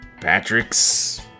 Patrick's